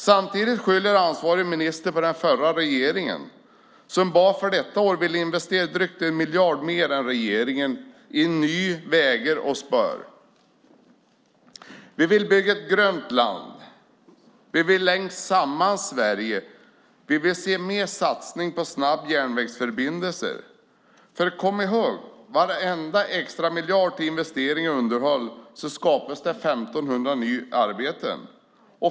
Samtidigt skyller ansvarig minister på den förra regeringen som bara för detta år ville investera drygt 1 miljard mer än regeringen i nya vägar och spår. Vi vill bygga ett grönt land. Vi vill länka samman Sverige. Vi vill se mer satsningar på snabba järnvägsförbindelser. Kom ihåg: För varenda extra miljard till investering i underhåll skapas det 1 500 nya arbeten.